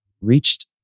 reached